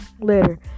later